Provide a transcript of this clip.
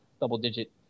double-digit